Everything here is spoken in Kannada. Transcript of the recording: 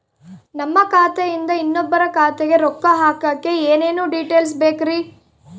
ನಮ್ಮ ಖಾತೆಯಿಂದ ಇನ್ನೊಬ್ಬರ ಖಾತೆಗೆ ರೊಕ್ಕ ಹಾಕಕ್ಕೆ ಏನೇನು ಡೇಟೇಲ್ಸ್ ಬೇಕರಿ?